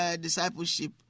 discipleship